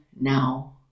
now